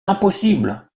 impossible